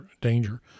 danger